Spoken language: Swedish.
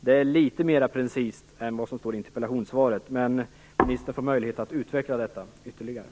Det är litet mer precist än vad som står i interpellationssvaret, men ministern har möjlighet att utveckla detta ytterligare.